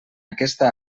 aquesta